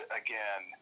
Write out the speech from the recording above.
again